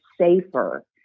safer